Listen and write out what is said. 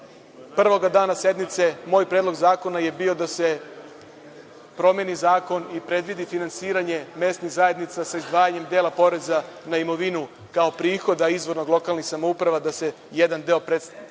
prvoga dana sednice moj predlog zakona je bio da se promeni zakon i predvidi finansiranje mesnih zajednica sa izdvajanjem dela poreza na imovinu kao prihod, a izvor od lokalnih samouprava da se jedan deo prenese na